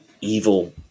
evil